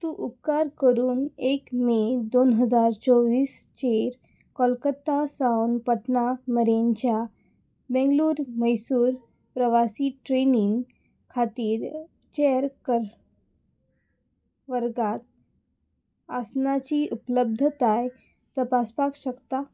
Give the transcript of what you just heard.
तूं उपकार करून एक मे दोन हजार चोवीस चेर कोलकत्ता सावन पटना मरेनच्या बेंगलोर मैसूर प्रवासी ट्रेनीन खातीर चॅर कर वर्गांत आसनाची उपलब्धताय तपासपाक शकता